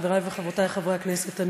חברי וחברותי חברי הכנסת,